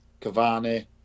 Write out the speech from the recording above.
Cavani